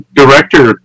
director